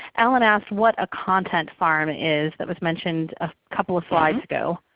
alan asked what a content farm is that was mentioned a couple of slides ago.